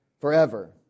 forever